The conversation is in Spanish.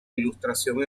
ilustración